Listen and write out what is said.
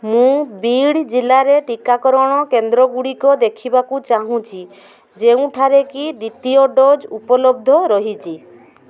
ମୁଁ ବୀଡ଼ ଜିଲ୍ଲାରେ ଟିକାକରଣ କେନ୍ଦ୍ରଗୁଡ଼ିକ ଦେଖିବାକୁ ଚାହୁଁଛି ଯେଉଁଠାରେ କି ଦ୍ୱିତୀୟ ଡୋଜ୍ ଉପଲବ୍ଧ ରହିଛି